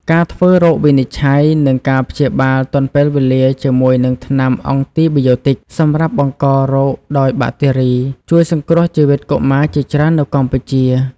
ការធ្វើរោគវិនិច្ឆ័យ និងការព្យាបាលទាន់ពេលវេលាជាមួយនឹងថ្នាំអង់ទីប៊ីយោទិច សម្រាប់បង្ករោគដោយបាក់តេរី ជួយសង្គ្រោះជីវិតកុមារជាច្រើននៅកម្ពុជា។